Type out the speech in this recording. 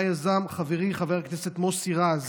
שאותה יזם חברי חבר הכנסת מוסי רז